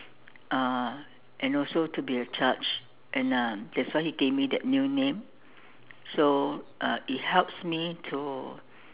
uh and also to be the judge and uh that's why he gave me that new name so uh it helps me to